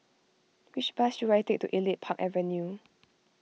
which bus should I take to Elite Park Avenue